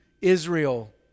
Israel